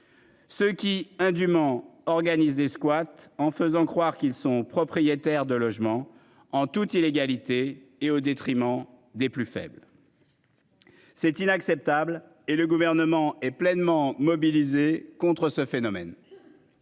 Ce qui indument organise des squats en faisant croire qu'ils sont propriétaires de logements en toute illégalité et au détriment des plus faibles. C'est inacceptable et le gouvernement est pleinement mobilisée contre ce phénomène.